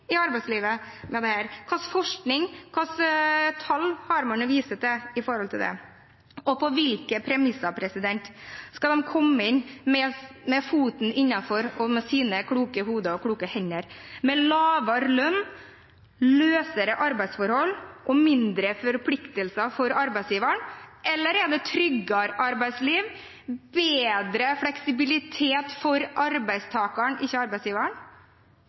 utenfor arbeidslivet, som skal få komme inn i arbeidslivet med dette? Hva slags forskning, hva slags tall har man å vise til her? Og på hvilke premisser? Skal de få en fot innenfor med sine kloke hoder og hender – med lavere lønn, løsere arbeidsforhold og mindre forpliktelser for arbeidsgiveren? Eller er det tryggere arbeidsliv, bedre fleksibilitet for arbeidstakeren, ikke arbeidsgiveren?